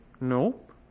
Nope